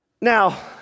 Now